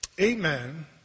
amen